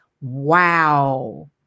wow